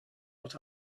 what